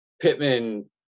Pittman